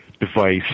device